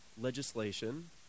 legislation